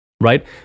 right